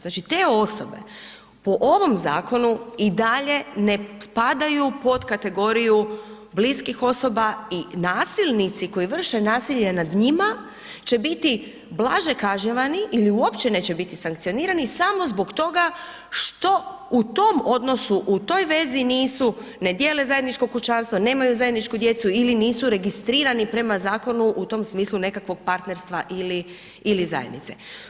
Znači te osobe po ovom zakonu i dalje ne spadaju pod kategoriju bliskih osoba i nasilnici koji vrše nasilje nad njima će biti blaže kažnjavani ili uopće neće biti sankcionirani samo zbog toga što u tom odnosu u toj vezi nisu, ne dijele zajedničko kućanstvo, nemaju zajedničku djecu ili nisu registrirani prema zakonu u tom smislu nekakvog partnerstva ili zajednice.